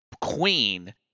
queen